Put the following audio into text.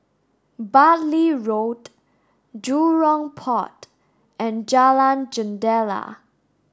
Bartley Road Jurong Port and Jalan Jendela